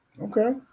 Okay